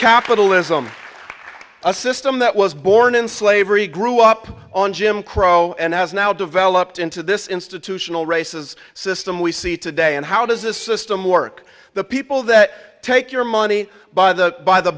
capitalism a system that was born in slavery grew up on jim crow and has now developed into this institutional races system we see today and how does this system work the people that take your money by the by the